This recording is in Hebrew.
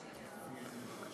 לדבר